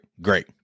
great